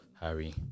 Harry